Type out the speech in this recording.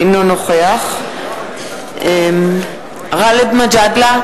אינו נוכח גאלב מג'אדלה,